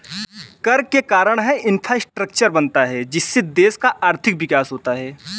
कर के कारण है इंफ्रास्ट्रक्चर बनता है जिससे देश का आर्थिक विकास होता है